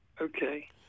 okay